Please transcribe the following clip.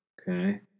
Okay